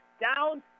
Down